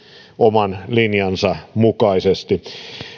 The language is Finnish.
oman linjansa mukaisesti rehellisesti